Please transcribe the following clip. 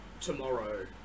tomorrow